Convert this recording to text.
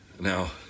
Now